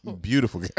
beautiful